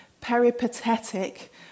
peripatetic